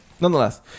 Nonetheless